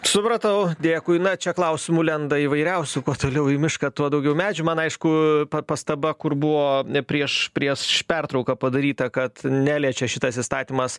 supratau dėkui na čia klausimų lenda įvairiausių kuo toliau į mišką tuo daugiau medžių man aišku pastaba kur buvo prieš prieš pertrauką padaryta kad neliečia šitas įstatymas